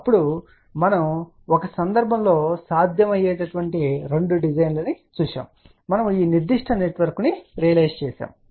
అప్పుడు మనము ఒక సందర్భం లో సాధ్యం అయ్యే రెండు డిజైన్ లను చూశాము మరియు మనము ఈ నిర్దిష్ట నెట్వర్క్ను రియలైజ్ చేసాము